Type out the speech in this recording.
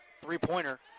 three-pointer